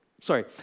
sorry